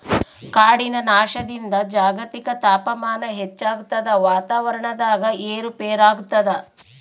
ಕಾಡಿನ ನಾಶದಿಂದ ಜಾಗತಿಕ ತಾಪಮಾನ ಹೆಚ್ಚಾಗ್ತದ ವಾತಾವರಣದಾಗ ಏರು ಪೇರಾಗ್ತದ